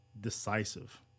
decisive